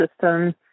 system